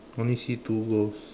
only see two ghost